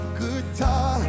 guitar